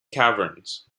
caverns